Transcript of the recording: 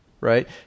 right